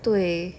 对